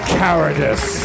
cowardice